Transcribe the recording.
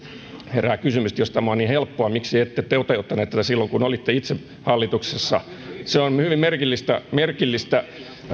herää kysymys että jos tämä on niin helppoa niin miksi ette te toteuttaneet tätä silloin kun olitte itse hallituksessa se on hyvin merkillistä